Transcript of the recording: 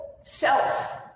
self